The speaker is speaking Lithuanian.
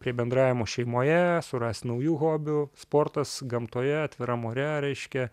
prie bendravimo šeimoje surast naujų hobių sportas gamtoje atviram ore reiškia